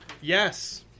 Yes